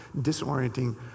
disorienting